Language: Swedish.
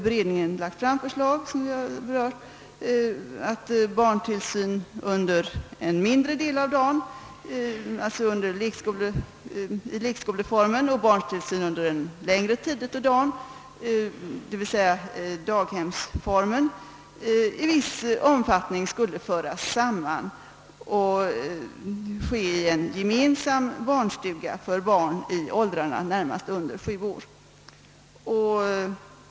Beredningen har lagt fram förslag om att barntillsyn under en mindre del av dagen, alltså i lekskoleform, och barntillsyn under en längre tid av dagen, d.v.s. daghemsform, i viss omfattning skall föras samman och ske i en gemensam barnstuga för barn i åldrarna närmast under 7 år.